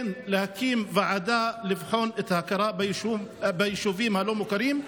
כן להקים ועדה לבחון את ההכרה ביישובים הלא-מוכרים,